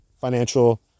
financial